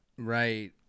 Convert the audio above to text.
Right